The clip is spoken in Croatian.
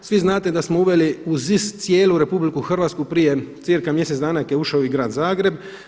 Svi znate da smo uveli ZIS cijelu RH prije cca mjesec dana te je ušao i grad Zagreb.